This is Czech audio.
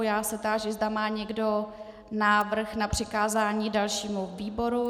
Táži se, zda má někdo návrh na přikázání dalšímu výboru.